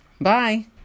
Bye